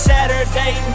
Saturday